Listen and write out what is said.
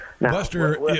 Buster